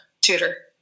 tutor